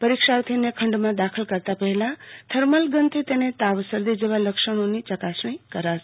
પરીક્ષાર્થીને ખંડમાં દાખલ કરતા પહેલા થર્મલગનથી તેને તાવ શરદી જેવા લક્ષણોની ચકાસણી કરાશે